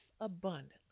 abundantly